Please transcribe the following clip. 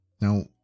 Now